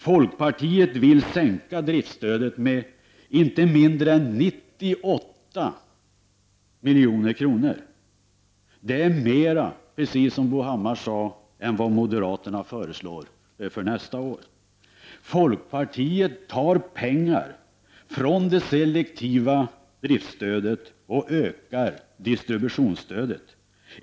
Folkpartiet vill sänka driftsstödet med inte mindre än 98 milj.kr. Det är, precis som Bo Hammar sade, t.o.m. mera än vad moderaterna föreslår för nästa år. Folkpartiet tar pengar från det selektiva driftsstödet och ökar distributionsstödet.